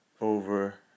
over